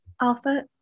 alpha